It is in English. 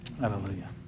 hallelujah